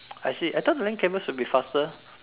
I see I thought the land cable should be faster